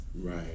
Right